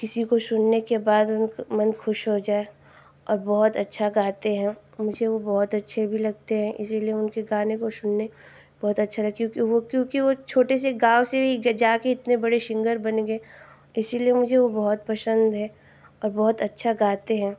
किसी को सुनने के बाद उनका मन ख़ुश हो जाए और बहुत अच्छा गाते हैं और मुझे वह बहुत अच्छे भी लगते हैं इसीलिए उनके गाने को सुनना बहुत अच्छा रहा क्योंकि वह क्योंकि वह छोटे से गाँव से ही जाकर इतने बड़े सिन्गर बन गए इसीलिए मुझे वह बहुत पसन्द हैं और बहुत अच्छा गाते हैं